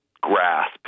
grasp